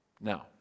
Now